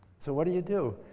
so, what do you do?